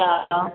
हां